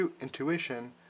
intuition